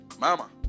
Mama